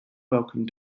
welcome